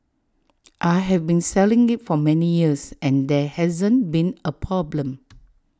I have been selling IT for many years and there hasn't been A problem